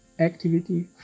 Activity